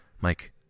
mike